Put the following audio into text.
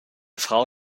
frau